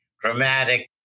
dramatic